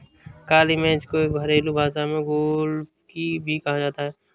काली मिर्च को घरेलु भाषा में गोलकी भी कहा जाता है